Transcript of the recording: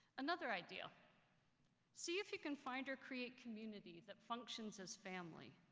another idea see if you can find or create community that functions as family.